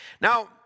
Now